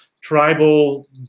tribal